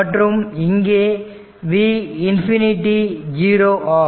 மற்றும் இங்கே v infinity zero ஆகும்